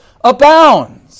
abounds